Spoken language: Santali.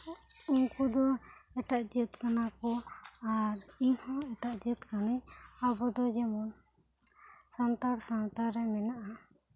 ᱩᱱᱠᱩ ᱫᱚ ᱮᱴᱟᱜ ᱡᱟᱹᱛ ᱠᱟᱱᱟᱠᱚ ᱟᱨ ᱤᱧᱦᱚᱸ ᱮᱴᱟᱜ ᱡᱟᱹᱛ ᱠᱟᱹᱱᱟᱹᱧ ᱟᱵᱚᱫᱚ ᱡᱮᱢᱚᱱ ᱥᱟᱱᱛᱟᱲ ᱥᱟᱶᱛᱨᱮ ᱢᱮᱱᱟᱜᱼᱟ